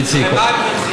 הרי מה הם רוצים,